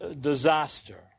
disaster